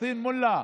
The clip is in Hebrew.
פטין מולא,